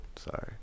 Sorry